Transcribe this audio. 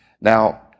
Now